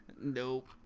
Nope